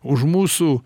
už mūsų